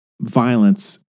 violence